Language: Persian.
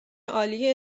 عالی